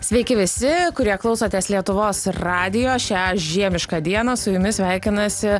sveiki visi kurie klausotės lietuvos radijo šią žiemišką dieną su jumis sveikinasi